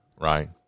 right